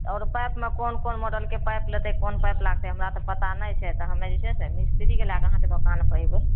आओर पाइपमे कोन कोन मॉडलके पाइप लेतै कोन पाइप लागतै हमरा तऽ पता नहि छै तऽ हमे जे छै से मिस्त्रीके लैके अहाँके दोकानपर अएबै